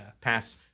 Pass